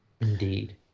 Indeed